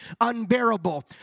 unbearable